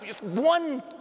One